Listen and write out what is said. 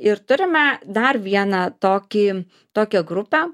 ir turime dar vieną tokį tokią grupę